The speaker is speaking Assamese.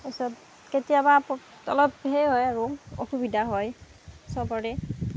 তাৰপিছত কেতিয়াবা অলপ হেই হয় আৰু অসুবিধা হয় সবৰে